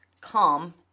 calm